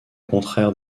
contraire